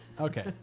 Okay